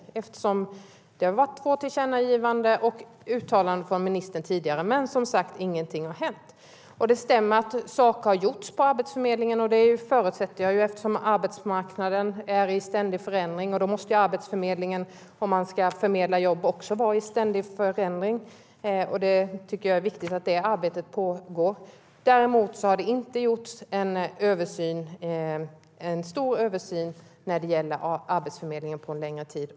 Det har alltså kommit två tillkännagivanden, och vi har hört uttalanden från ministern tidigare. Men, som sagt, ingenting har hänt. Det stämmer att saker har gjorts på Arbetsförmedlingen. Det förutsätter jag, eftersom arbetsmarknaden är i ständig förändring. Då måste också Arbetsförmedlingen vara i ständig förändring om den ska förmedla jobb. Jag tycker att det är viktigt att detta arbete pågår. Däremot har det inte gjorts någon stor översyn när det gäller Arbetsförmedlingen på en längre tid.